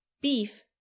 beef